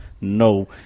No